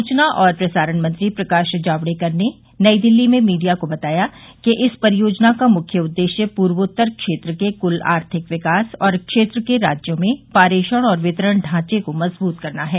सुचना और प्रसारण मंत्री प्रकाश जावड़ेकर ने नई दिल्ली में मीडिया को बताया कि इस परियोजना का मुख्य उद्देश्य पूर्वोत्तर क्षेत्र के कुल आर्थिक विकास और क्षेत्र के राज्यो में पारेषण और वितरण ढांचे को मजबूत करना है